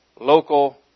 local